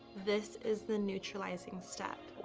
this is the neutralizing step.